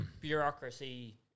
bureaucracy